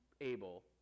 able